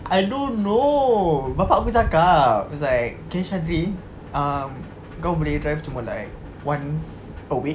I don't know bapa aku cakap was like okay shahdri um kau boleh drive cuma like once a week